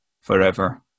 forever